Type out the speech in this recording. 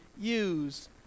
use